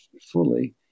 fully